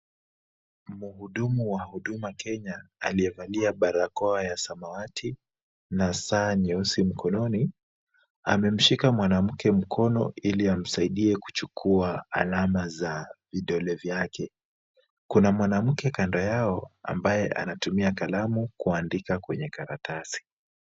Muhudumu wa huduma Kenya aliyevalia barakoa ya samawati na saa nyeusi mkononi, amemshika mwanamke mkono ili amsaidie kuchukua alama za vidole vyake. Kuna mwanamke kando yao ambaye anatumia kalamu kuandika kwenye karatasi.